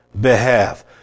Behalf